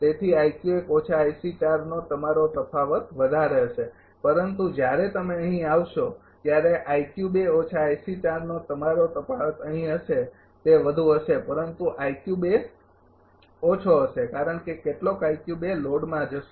તેથી નો તમારો તફાવત વધારે હશે પરંતુ જ્યારે તમે અહીં આવશો ત્યારે નો તમારો તફાવત અહીં હશે તે વધુ હશે પરંતુ ઓછો હશે કારણ કે કેટલોક લોડમાં જશે